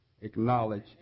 acknowledge